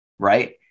right